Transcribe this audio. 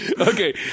okay